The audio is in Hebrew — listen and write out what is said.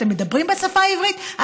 אתם מדברים בשפה העברית,